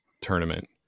tournament